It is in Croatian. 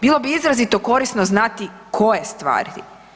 Bilo bi izrazito korisno znati koje stvari.